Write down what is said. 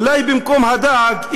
אולי במקום הדג,